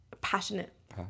Passionate